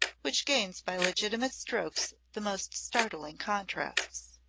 which gains by legitimate strokes the most startling contrasts.